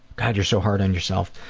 god, you're so hard on yourself.